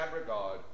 regard